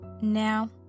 Now